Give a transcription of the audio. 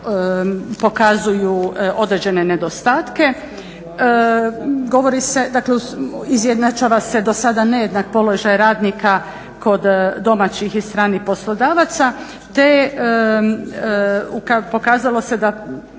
određene nedostatke, dakle izjednačava se dosada nejednak položaj radnika kod domaćih i stranih poslodavaca te pokazalo se da